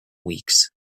weeks